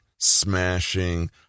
smashing